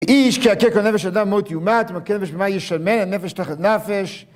איש כי יכה כל נפש אדם מות יומת, ומכה נפש בהמה ישלמנה נפש תחת נפש